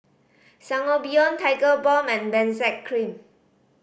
Sangobion Tigerbalm and Benzac Cream